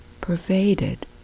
pervaded